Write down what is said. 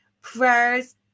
prayers